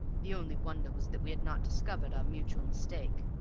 the only wonder was that we had not discovered our mutual mistake.